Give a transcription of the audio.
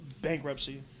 bankruptcy